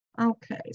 Okay